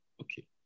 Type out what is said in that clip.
okay